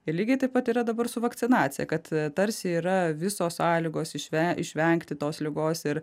ir lygiai taip pat yra dabar su vakcinacija kad tarsi yra visos sąlygos išven išvengti tos ligos ir